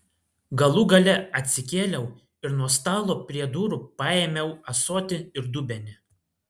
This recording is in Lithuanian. galų gale atsikėliau ir nuo stalo prie durų paėmiau ąsotį ir dubenį